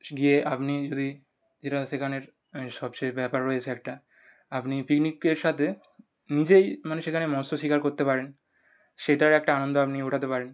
গিয়ে আপনি যদি যেটা সেখানের সবচেয়ে ব্যাপার রয়েছে একটা আপনি পিকনিকের সাথে নিজেই মানে সেখানে মৎস শিকার করতে পারেন সেইটার একটা আনন্দ আপনি ওঠাতে পারেন